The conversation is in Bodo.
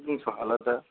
दा बुंथ'हाला दा